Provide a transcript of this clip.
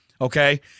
Okay